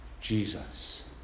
Jesus